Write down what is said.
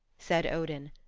said odin.